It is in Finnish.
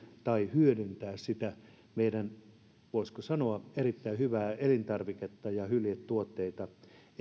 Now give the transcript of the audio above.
tai hyödyntää sitä meidän voisiko sanoa erittäin hyvää elintarviketta ja hyljetuotteita